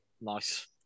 Nice